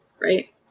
Right